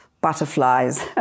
butterflies